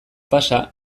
pasa